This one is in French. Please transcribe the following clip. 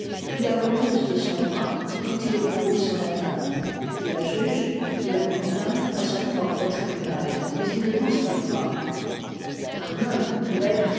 il la repousse de son bras quand il éprouve son atteinte il la juge il la condamne à son propre tribunal mais il ne conspire pas arnold de